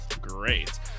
Great